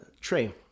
tray